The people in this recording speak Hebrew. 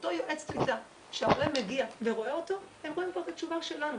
שאותו יועץ יידע כשהעולה מגיע ורואה אותו הם רואים כבר את התשובה שלנו.